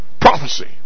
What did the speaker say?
prophecy